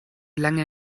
lange